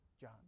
John